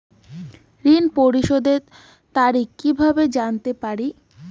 ঋণ পরিশোধের তারিখ কিভাবে জানতে পারি?